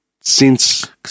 since-